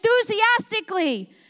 enthusiastically